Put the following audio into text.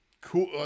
cool